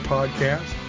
Podcast